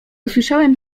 usłyszałem